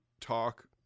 talk